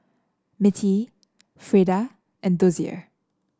Mittie Freida and Dozier